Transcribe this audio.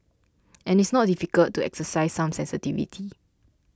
and it's not difficult to exercise some sensitivity